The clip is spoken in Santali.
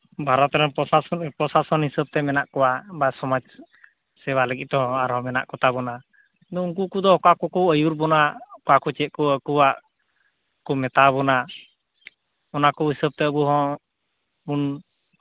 ᱵᱷᱟᱨᱚᱛ ᱨᱮᱱ ᱯᱨᱚᱥᱟᱥᱚᱱ ᱯᱨᱚᱥᱟᱥᱚᱱ ᱦᱤᱥᱟᱹᱵᱛᱮ ᱢᱮᱱᱟᱜ ᱠᱚᱣᱟ ᱵᱟ ᱥᱚᱢᱟᱡᱽ ᱥᱮᱵᱟ ᱞᱟᱹᱜᱤᱫ ᱛᱮᱦᱚᱸ ᱟᱨᱦᱚᱸ ᱢᱮᱱᱟᱜ ᱠᱚᱛᱟ ᱵᱚᱱᱟ ᱩᱱᱠᱩ ᱠᱚᱫᱚ ᱚᱠᱟ ᱠᱚᱠᱚ ᱟᱹᱭᱩᱨ ᱵᱚᱱᱟ ᱚᱠᱟᱠᱚ ᱪᱮᱫ ᱠᱚ ᱟᱠᱚᱣᱟᱜ ᱠᱚ ᱢᱮᱛᱟᱣᱵᱚᱱᱟ ᱚᱱᱟᱠᱚ ᱦᱤᱥᱟᱹᱵᱛᱮ ᱟᱵᱚ ᱦᱚᱸᱵᱚᱱ